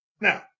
Now